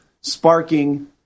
sparking